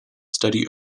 study